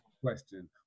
question